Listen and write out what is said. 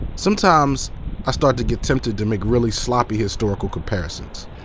sometimes i start to get tempted to make really sloppy historical comparisons.